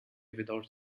without